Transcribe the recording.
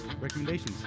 recommendations